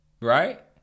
right